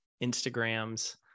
Instagrams